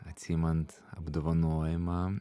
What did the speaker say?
atsiimant apdovanojimą